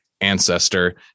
ancestor